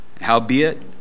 Howbeit